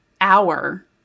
hour